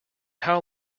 how